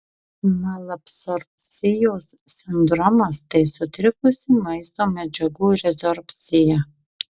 malabsorbcijos sindromas tai sutrikusi maisto medžiagų rezorbcija